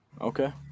okay